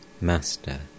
Master